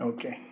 Okay